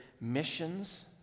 missions